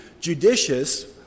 judicious